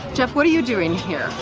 jeff, what are you doing here?